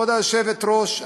כבוד היושבת-ראש,